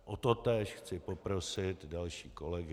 O totéž chci poprosit další kolegy.